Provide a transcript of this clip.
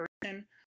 person